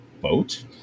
boat